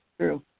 True